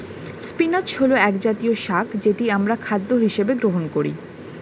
spinach হল একজাতীয় শাক যেটি আমরা খাদ্য হিসেবে গ্রহণ করি